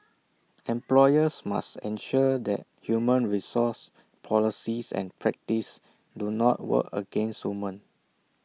employers must ensure that human resource policies and practices do not work against women